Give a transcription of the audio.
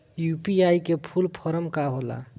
UPI का full form का होला?